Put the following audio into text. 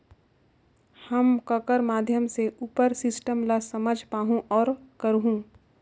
हम ककर माध्यम से उपर सिस्टम ला समझ पाहुं और करहूं?